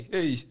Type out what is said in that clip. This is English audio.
Hey